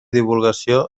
divulgació